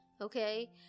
Okay